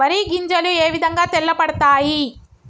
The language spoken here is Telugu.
వరి గింజలు ఏ విధంగా తెల్ల పడతాయి?